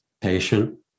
patient